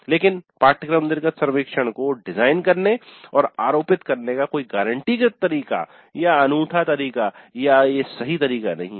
लेकिन पाठ्यक्रम निर्गत सर्वेक्षण को डिजाइन करने और आरोपित करने का कोई गारंटीकृत तरीका या अनूठा तरीका या सही तरीका नहीं है